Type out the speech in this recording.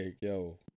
yo